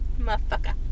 motherfucker